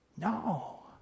no